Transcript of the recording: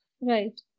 Right